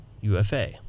UFA